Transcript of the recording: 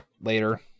later